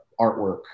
artwork